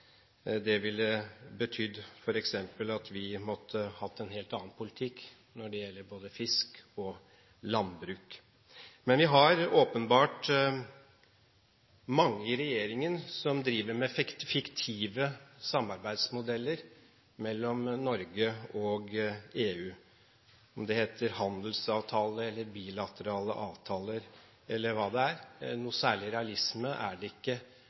betydd f.eks. at vi måtte hatt en helt annen politikk når det gjelder både fisk og landbruk. Men vi har åpenbart mange i regjeringen som driver med fiktive samarbeidsmodeller mellom Norge og EU, om det heter handelsavtaler eller bilaterale avtaler eller annet. Noen særlig realisme er det ikke